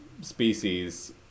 species